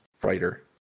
brighter